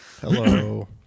Hello